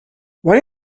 why